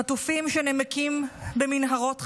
חטופים שנמקים במנהרות חמאס,